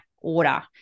order